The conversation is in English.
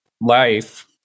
life